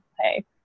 hey